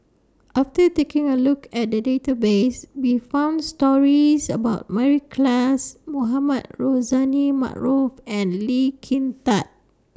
after taking A Look At The Database We found stories about Mary Klass Mohamed Rozani Maarof and Lee Kin Tat